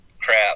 crap